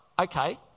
okay